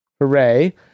Hooray